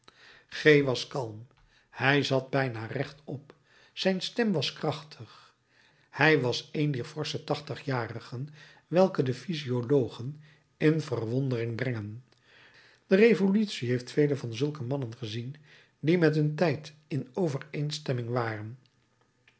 g was kalm hij zat bijna recht op zijn stem was krachtig hij was een dier forsche tachtigjarigen welke de physiologen in verwondering brengen de revolutie heeft vele van zulke mannen gezien die met hun tijd in overeenstemming waren